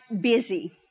busy